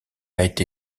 été